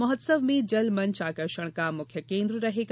महोत्सव में जल मंच आकर्षण का मुख्य केन्द्र रहेगा